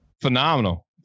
Phenomenal